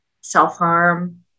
self-harm